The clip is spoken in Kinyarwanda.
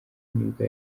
nibwo